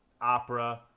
opera